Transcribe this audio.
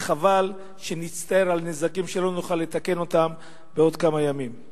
וחבל שנצטער על נזקים שלא נוכל לתקן אותם בעוד כמה ימים.